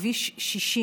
תכנון וביצוע: כביש 60,